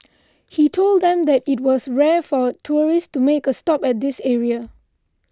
he told them that it was rare for tourists to make a stop at this area